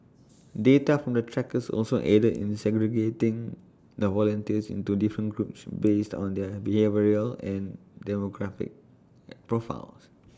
data from the trackers also aided in segregating the volunteers into different groups based on their behavioural and demographic profiles